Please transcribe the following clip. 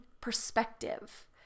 perspective